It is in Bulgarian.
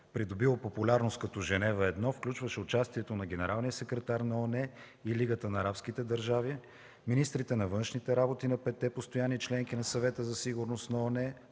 придобила популярност като „Женева 1”, включваше участието на генералния секретар на ООН и Лигата на арабските държави, министрите на външните работи на петте постоянни членки на Съвета за сигурност на ООН